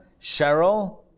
Cheryl